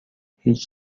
هیچ